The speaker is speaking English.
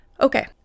okay